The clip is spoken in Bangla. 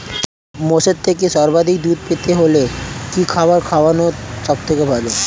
মোষের থেকে সর্বাধিক দুধ পেতে হলে কি খাবার খাওয়ানো সবথেকে ভালো?